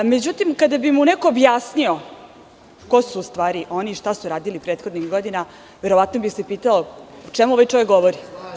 Međutim, kada bi mu neko objasnio ko su u stvari oni i šta su radili prethodnih godina, verovatno bi se pitao o čemu ovaj čovek govori.